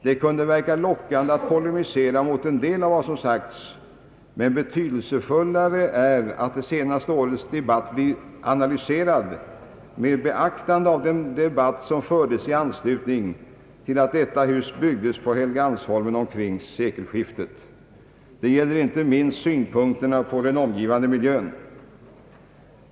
Det kunde verka lockande att polemisera mot en del av det som sagts, men betydelsefullare är att det senaste årets debatt blir analyserad med beaktande av den debatt som fördes i anslutning till att detta hus byggdes på Helgeandsholmen omkring sekelskiftet. Detta gäller inte minst synpunkterna på den omgivande miljön.